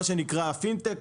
מה שנקרא "פינטק",